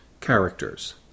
Characters